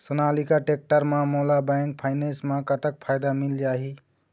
Sonalika tractor म मोला bank finance म कतक फायदा मिल जाही?